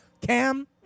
Cam